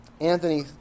anthony